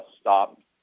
stopped